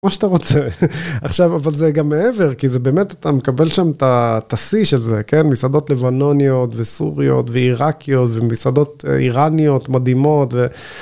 מה שאתה רוצה, עכשיו, אבל זה גם מעבר, כי זה באמת אתה מקבל שם את השיא של זה, כן, מסעדות לבנוניות וסוריות ועיראקיות ומסעדות איראניות מדהימות.